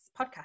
podcast